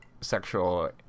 sexual